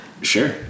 Sure